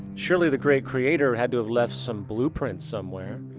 surely the great creator had to have left some blueprints somewhere.